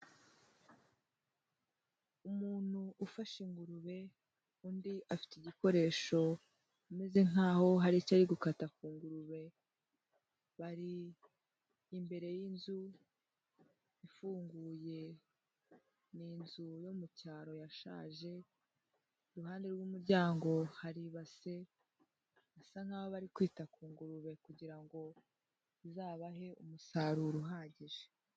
Umuntu ufashe ingurube undi afite igikoresho ameze nk'aho hari icyo ari gukata ku ngurube, bari imbere y'inzu ifunguye, ni inzu yo mu cyaro yashaje, iruhande rw'umuryango hari ibase, basa nk'aho bari kwita ku ngurube kugira ngo izabahe umusaruro uhagije.